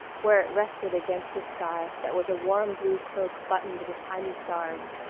where it rested against a sky that was a warm blue cloak buttoned with tiny stars.